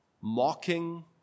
Mocking